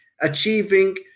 achieving